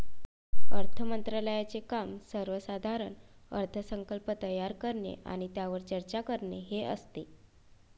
अर्थ मंत्रालयाचे काम सर्वसाधारण अर्थसंकल्प तयार करणे आणि त्यावर चर्चा करणे हे असते